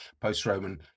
post-Roman